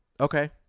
okay